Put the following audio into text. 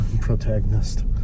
Protagonist